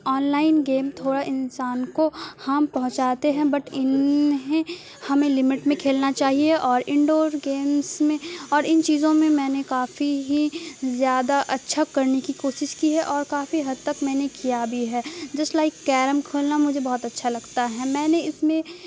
online game تھوڑا انسان کو ہام پہنچاتے ہیں بٹ انہیں ہمیں لمٹ میں کھیلنا چاہیے اور انڈور گیمس میں اور ان چیزوں میں میں نے کافی ہی زیادہ اچھا کرنے کی کوشش کی ہے اور کافی حد تک میں نے کیا بھی ہے جسٹ لائک کیرم کھیلنا مجھے بہت اچھا لگتا ہے میں نے اس میں